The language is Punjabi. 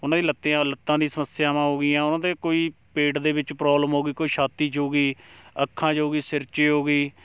ਉਨ੍ਹਾਂ ਦੇ ਲੱਤਿਆ ਲੱਤਾਂ ਦੀ ਸਮੱਸਿਆਵਾਂ ਹੋ ਗਈਆਂ ਉਹਨਾਂ ਦੇ ਕੋਈ ਪੇਟ ਦੇ ਵਿੱਚ ਪ੍ਰੋਬਲਮ ਹੋ ਗਈ ਕੋਈ ਛਾਤੀ 'ਚ ਹੋ ਗਈ ਅੱਖਾਂ 'ਚ ਹੋ ਗਈ ਸਿਰ 'ਚ ਹੋ ਗਈ